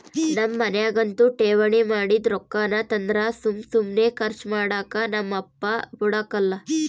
ನಮ್ ಮನ್ಯಾಗಂತೂ ಠೇವಣಿ ಮಾಡಿದ್ ರೊಕ್ಕಾನ ತಂದ್ರ ಸುಮ್ ಸುಮ್ನೆ ಕರ್ಚು ಮಾಡಾಕ ನಮ್ ಅಪ್ಪ ಬುಡಕಲ್ಲ